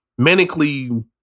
manically